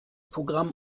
programm